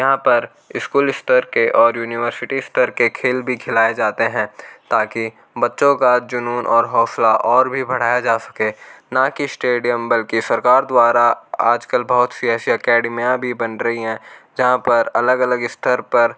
यहाँ पर इस्कूल स्तर के और यूनिवर्सिटी स्तर के खेल भी खिलाए जाते हैं ताकि बच्चों का जुनून और हौसला और भी बढ़ाया जा सके ना ही श्टेडियम बल्कि सरकार द्वारा आज कल बहुत सी ऐसी अकैडिमियाँ भी बन रही हैं जहाँ पर अलग अलग स्तर पर